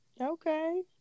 okay